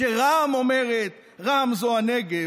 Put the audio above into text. כשרע"מ אומרת, רע"מ זה הנגב,